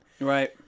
Right